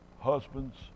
husbands